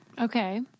Okay